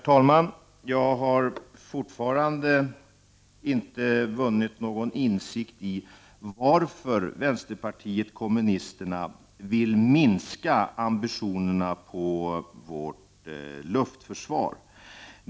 Herr talman! Jag har ännu inte vunnit någon insikt i varför vänsterpartiet kommunisterna vill minska ambitionerna när det gäller vårt luftförsvar.